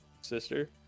sister